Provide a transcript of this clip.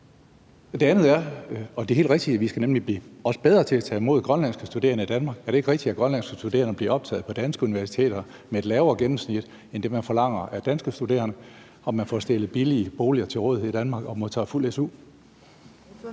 det er, eller hvad? Det er helt rigtigt, at vi skal blive bedre til at tage imod grønlandske studerende i Danmark. Er det ikke rigtigt, at grønlandske studerende bliver optaget på danske universiteter med et lavere gennemsnit end det, man forlanger af danske studerende, og at de får stillet billige boliger til rådighed i Danmark og modtager fuld su?